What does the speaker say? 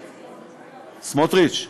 סמוטריץ,